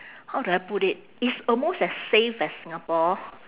how do I put it it's almost as safe as singapore